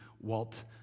Walt